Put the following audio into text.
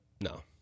No